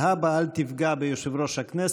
להבא אל תפגע ביושב-ראש הכנסת.